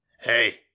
Hey